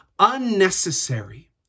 unnecessary